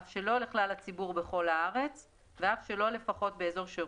אף שלא לכלל הציבור בכל הארץ ואף שלא לפחות באזור שירות,